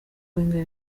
wenger